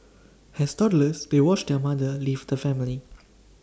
has toddlers they watched their mother leave the family